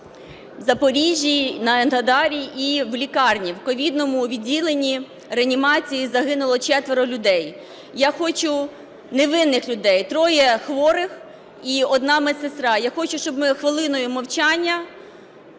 в Запоріжжі, в Енергодарі і в лікарні, в ковідному відділенні реанімації загинуло четверо людей. Я хочу… Невинних людей: троє хворих і одна медсестра. Я хочу, щоб ми хвилиною мовчання